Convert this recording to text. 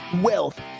wealth